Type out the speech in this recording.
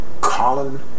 Colin